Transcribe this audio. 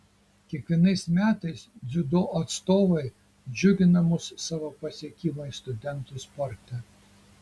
kiekvienais metais dziudo atstovai džiugina mus savo pasiekimais studentų sporte